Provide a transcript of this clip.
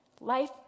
life